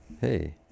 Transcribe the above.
hey